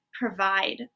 provide